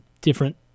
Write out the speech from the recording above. different